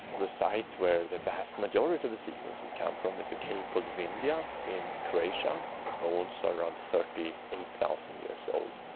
the site where the vast majority of the sequences come from is a cave called vindija in croatia, and the bones are around thirty eight thousand years old.